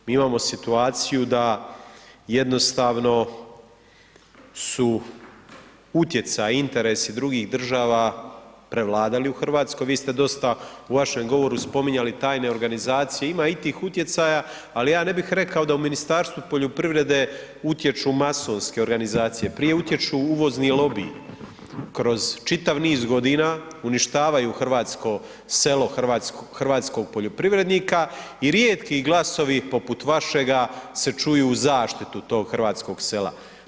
Mi imamo situaciju da jednostavno su utjecaji i interesi drugih država prevladali u Hrvatskoj, vi ste dosta u vašem govoru spominjali tajne organizacije, ima i tih utjecaja, ali ja ne bih rekao da u Ministarstvu poljoprivrede utječu masonske organizacije, prije utječu uvozni lobiji kroz čitav niz godina uništavaju hrvatsko selo, hrvatskog poljoprivrednika i rijetki glasovi poput vašega se čuju u zaštitu tog hrvatskog sela.